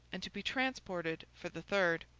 and to be transported for the third.